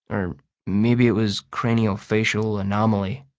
or maybe it was craniofacial anomaly.